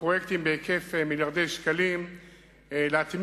הפרויקטים בהיקף מיליארדי שקלים להטמיע